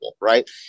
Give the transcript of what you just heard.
Right